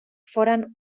foren